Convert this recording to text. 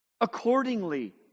accordingly